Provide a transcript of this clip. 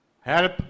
Help